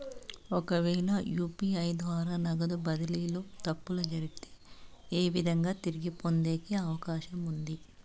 ఒకవేల యు.పి.ఐ ద్వారా నగదు బదిలీలో తప్పు జరిగితే, ఏ విధంగా తిరిగి పొందేకి అవకాశం ఉంది?